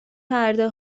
پرده